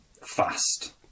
fast